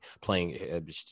playing